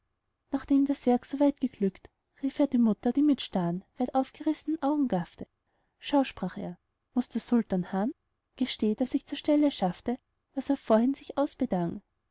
nachdem das werk soweit geglückt rief er die mutter die mit starren weit aufgerissnen augen gaffte schau sprach er muß der sultan harren gesteh daß ich zur stelle schaffte was er vorhin sich ausbedang